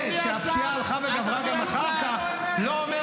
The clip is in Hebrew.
זה שהפשיעה הלכה וגברה גם אחר כך לא אומר